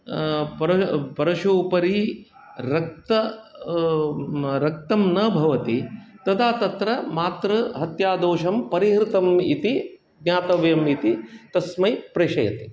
परश् परशु उपरि रक्त रक्तं न भवति तदा तत्र मातृहत्यादोषं परिहृतम् इति ज्ञातव्यम् इति तस्मै प्रेषयति